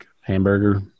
hamburger